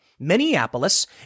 Minneapolis